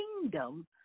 kingdom